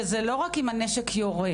שזה לא רק אם הנשק יורה,